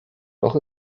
doch